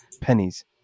pennies